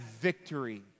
victory